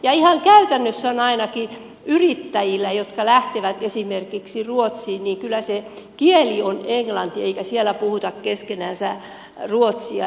ja ihan käytännössä ainakin yrittäjillä jotka lähtevät esimerkiksi ruotsiin se kieli on kyllä englanti eikä siellä puhuta keskenänsä ruotsia